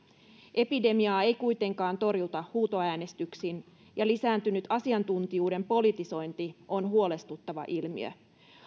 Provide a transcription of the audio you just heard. epidemiaa ei kuitenkaan torjuta huutoäänestyksin ja lisääntynyt asiantuntijuuden politisointi on huolestuttava ilmiö